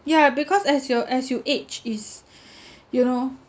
yeah because as your as you age is you know